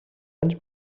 anys